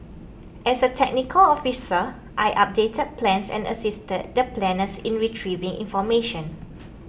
as a technical officer I updated plans and assisted the planners in retrieving information